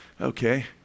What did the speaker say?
Okay